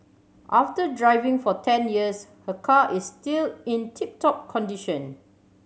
after driving for ten years her car is still in tip top condition